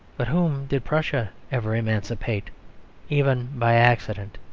but whom did prussia ever emancipate even by accident?